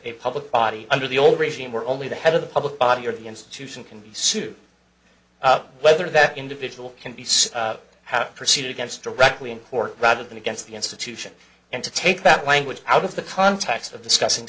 a public body under the old regime or only the head of the public body or the institution can be sued whether that individual can be so how to proceed against directly in court rather than against the institution and to take that language out of the context of discussing